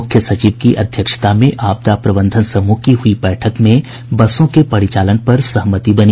मुख्य सचिव की अध्यक्षता में आपदा प्रबंधन समूह की हुई बैठक में बसों के परिचालन पर सहमति बनी